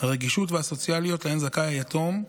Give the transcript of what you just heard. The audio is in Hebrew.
והסוציאליות שזכאי להן יתום,